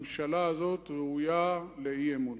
הממשלה הזאת ראויה לאי-אמון.